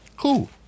Cool